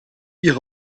ihre